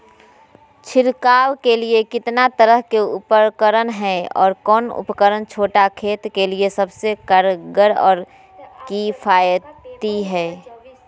छिड़काव के लिए कितना तरह के उपकरण है और कौन उपकरण छोटा खेत के लिए सबसे कारगर और किफायती है?